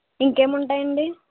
ఇంకేం ఉంటాయండి